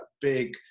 big